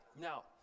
Now